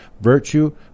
virtue